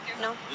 No